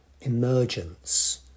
emergence